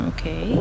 Okay